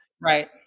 Right